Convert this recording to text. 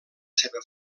seva